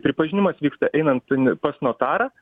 pripažinimas vyksta einant pas notarą